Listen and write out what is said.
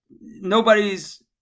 nobody's